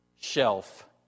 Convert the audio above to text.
shelf